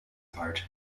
apart